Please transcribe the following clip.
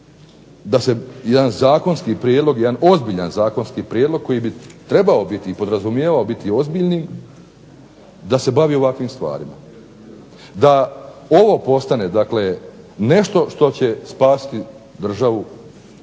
i smiješni i čudni da se jedan ozbiljan Zakonski prijedlog koji bi trebao biti ozbiljni da se bavi ovakvim stvarima. Da ovo postane nešto što će spasiti državu